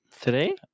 Today